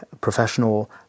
professional